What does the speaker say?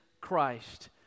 Christ